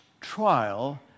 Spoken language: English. trial